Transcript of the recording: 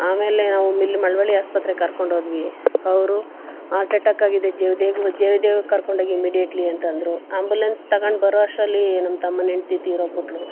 ಆಮೇಲೆ ನಾವು ಇಲ್ಲಿ ಮಳವಳ್ಳಿ ಆಸ್ಪತ್ರೆ ಕರ್ಕೊಂಡು ಹೋದ್ವಿ ಅವರು ಆರ್ಟ್ ಅಟ್ಯಾಕ್ ಆಗಿದೆ ಜಯದೇವ್ ಜಯದೇವ್ಗೆ ಕರ್ಕೊಂಡೋಗಿ ಇಮಿಡಿಯೆಟ್ಲಿ ಅಂತ ಅಂದರು ಆಂಬುಲೆನ್ಸ್ ತಗೊಂಡು ಬರೋ ಅಷ್ಟರಲ್ಲಿ ನನ್ನ ತಮ್ಮನ ಹೆಂಡ್ತಿ ತೀರೋಗಿಬಿಟ್ಳು